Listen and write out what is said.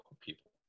people